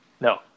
No